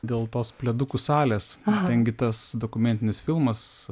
dėl tos pledukų salės ten gi tas dokumentinis filmas